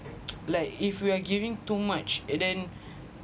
like if you are giving too much and then